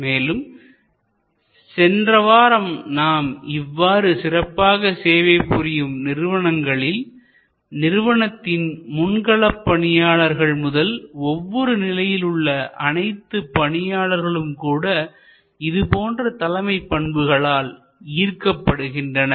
மேலும் சென்ற வாரம் நாம் பார்த்ததுபோல இவ்வாறு சிறப்பாக சேவை புரியும் நிறுவனங்களில்நிறுவனத்தின் முன் களப்பணியாளர்கள் முதல் ஒவ்வொரு நிலையிலும் உள்ள அனைத்து பணியாளர்களும் கூட இது போன்ற தலைமைப் பண்புகளால் ஈர்க்கப்படுகின்றனர்